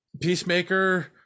Peacemaker